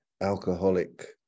alcoholic